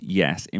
yes